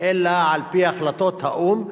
אלא על-פי החלטות האו"ם,